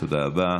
תודה רבה.